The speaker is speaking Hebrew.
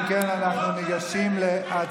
אם כן, אנחנו ניגשים להצבעה.